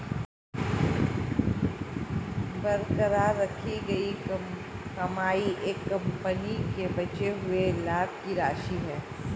बरकरार रखी गई कमाई एक कंपनी के बचे हुए लाभ की राशि है